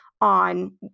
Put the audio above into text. on